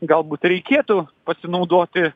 galbūt reikėtų pasinaudoti